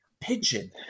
pigeon